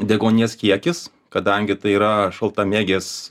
deguonies kiekis kadangi tai yra šaltamėgės